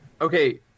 Okay